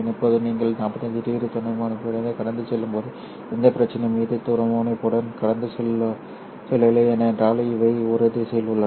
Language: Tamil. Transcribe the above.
இப்போது நீங்கள் 45 டிகிரி துருவமுனைப்பைக் கடந்து செல்லும்போது எந்த பிரச்சனையும் இது துருவமுனைப்புடன் கடந்து செல்லவில்லை ஏனென்றால் இவை ஒரே திசையில் உள்ளன